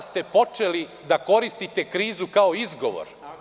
Tada ste počeli da koristite krizu kao izgovor.